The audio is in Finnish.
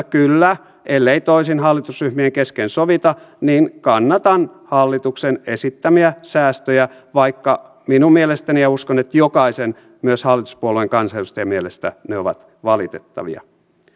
kyllä ellei toisin hallitusryhmien kesken sovita kannatan hallituksen esittämiä säästöjä vaikka minun mielestäni ja uskon että jokaisen myös hallituspuolueen kansanedustajan mielestä ne ovat valitettavia